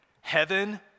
heaven